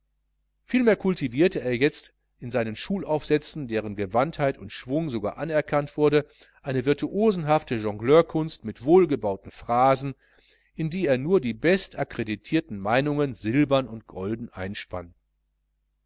vielmehr kultivierte er jetzt in seinem schul aufsätzen deren gewandtheit und schwung sogar anerkannt wurde eine virtuosenhafte jongleurkunst mit wohlgebauten phrasen in die er nur die bestakkreditierten meinungen silbern und golden einspann